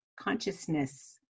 consciousness